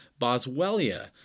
Boswellia